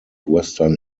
western